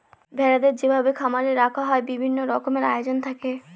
ভেড়াদের যেভাবে খামারে রাখা হয় বিভিন্ন রকমের আয়োজন থাকে